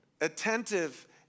Attentive